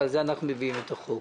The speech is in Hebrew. ועל זה אנחנו מביאים את החוק.